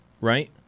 right